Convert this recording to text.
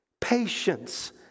patience